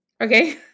Okay